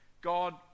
God